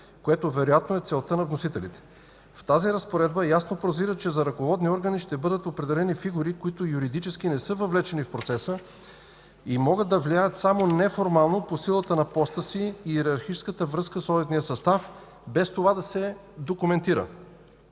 което вероятно е целта на вносителите. В тази разпоредба ясно прозира, че за ръководни органи ще бъдат определени фигури, които юридически не са въвлечени в процеса и могат да влияят само неформално по силата на поста си и йерархическата връзка с одитния състав, без това да се документира.